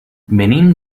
venim